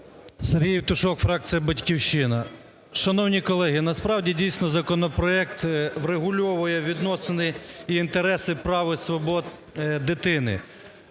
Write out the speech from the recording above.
Сергій Євтушок, фракція "Батьківщина". Шановні колеги, насправді, дійсно, законопроект врегульовує відносини і інтереси прав, і свобод дитини.